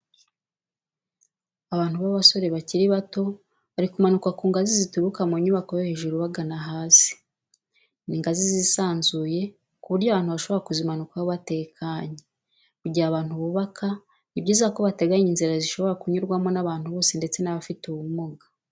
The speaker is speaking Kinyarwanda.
Abantu b'abasore bakiri bato bari kumanuka ku ngazi zituruka mu nyubako yo hejuru bagana hasi, ni ingazi zisanzuye ku buryo abantu bashobora kuzimanukaho batekanye. Mu gihe abantu bubaka ni byiza ko bateganya inzira zishobora kunyurwaho n'abantu bose ndetse n'abafite ubumuga.